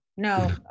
No